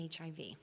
HIV